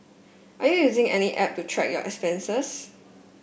are you using any app to track your expenses